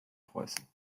preußen